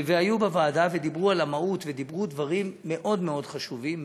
הם היו בוועדה ודיברו על המהות ודיברו דברים מאוד מאוד חשובים,